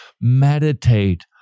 Meditate